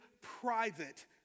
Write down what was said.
private